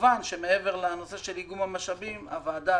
כמובן שמעבר לנושא של איגום המשאבים הוועדה